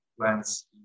plants